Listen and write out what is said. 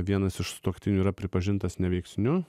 vienas iš sutuoktinių yra pripažintas neveiksniu